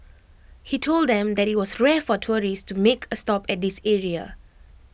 he told them that IT was rare for tourists to make A stop at this area